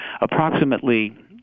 Approximately